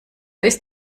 ist